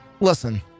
Listen